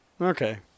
Okay